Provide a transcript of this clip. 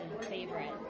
favorite